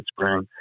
spring